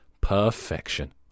Perfection